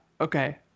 Okay